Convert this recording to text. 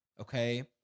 okay